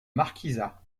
marquisat